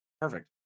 perfect